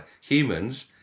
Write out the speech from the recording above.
Humans